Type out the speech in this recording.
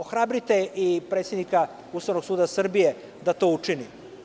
Ohrabrite i predsednika Ustavnog suda Srbije da to učini.